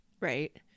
Right